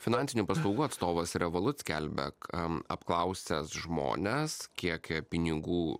finansinių paslaugų atstovas revolut skelbia kam apklausęs žmones kiek pinigų